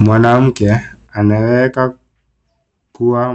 Mwanamke, anayeweka kuwa